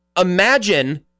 Imagine